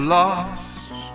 lost